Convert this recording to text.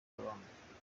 abana